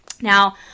Now